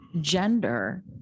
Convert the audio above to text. gender